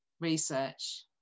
research